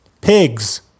pigs